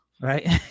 right